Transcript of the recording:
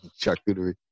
charcuterie